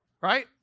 right